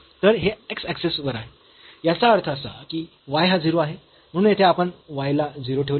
तर हे x axis वर आहे याचा अर्थ असा की y हा 0 आहे म्हणून येथे आपण y ला 0 ठेवले